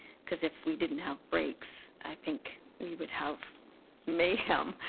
because if we didn't have brakes i think we would have mayhem.